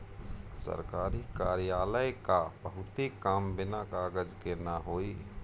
सरकारी कार्यालय क बहुते काम बिना कागज के ना होई